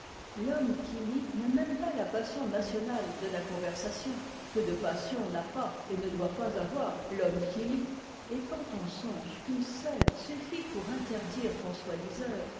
l'homme qui lit n'a même pas la passion nationale de la conversation que de passions n'a pas et ne doit pas avoir l'homme qui lit et quand on songe qu'une seule suffit pour interdire qu'on soit liseur